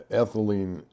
ethylene